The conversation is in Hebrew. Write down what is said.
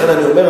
לכן אני אומר,